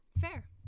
Fair